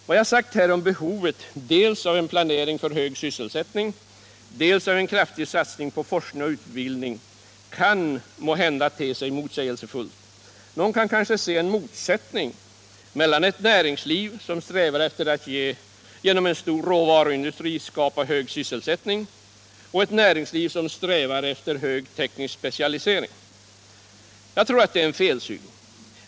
Vad jag här sagt om behovet dels av en planering för en hög sysselsättning, dels av en kraftig satsning på forskning och utveckling kan måhända te sig motsägelsefullt. Någon kan kanske se en motsättning mellan ett näringsliv som strävar efter att genom en stor råvaruindustri skapa hög sysselsättning och ett näringsliv som strävar efter hög teknisk specialisering. Jag tror att detta är en felsyn.